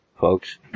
folks